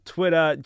Twitter